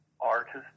artist